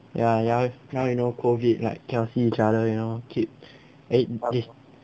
ya now now you know COVID right cannot see each other you know keep egg beat